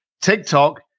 TikTok